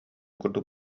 курдук